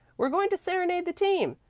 we're going to serenade the team.